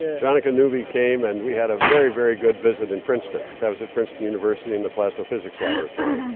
jonica newby came and we had a very, very good visit in princeton, that was at princeton university in the plasma physics laboratory.